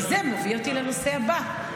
כי זה מביא אותי לנושא הבא,